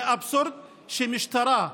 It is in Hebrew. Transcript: זה אבסורד שמשטרה,